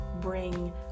bring